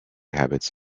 habits